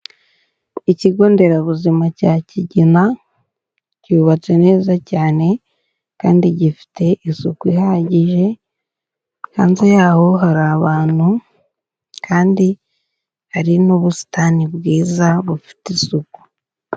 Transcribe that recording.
Ikigo nderabuzima cya Kigina cyubatse neza cyane kandi gifite isuku ihagije, hanze yaho hari abantu kandi hari n'ubusitani bwiza bufite isuku.